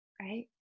right